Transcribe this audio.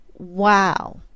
Wow